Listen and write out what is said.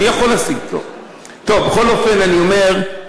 בכל אופן, אני אומר,